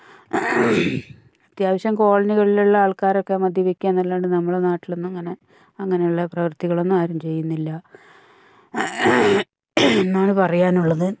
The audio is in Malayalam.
അത്യാവശ്യം കോളനികളിലുള്ള ആൾക്കാരൊക്കെ മദ്യപിക്കുന്നതല്ലാണ്ട് നമ്മുടെ നാട്ടിലൊന്നും അങ്ങനെ അങ്ങനെയുള്ള പ്രവർത്തികളൊന്നും ആരും ചെയ്യുന്നില്ല എന്നാണ് പറയാനുള്ളത്